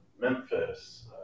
Memphis